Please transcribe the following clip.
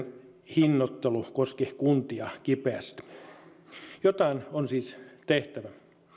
hinnoittelu koski kuntia kipeästi jotain on siis tehtävä